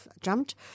jumped